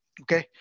Okay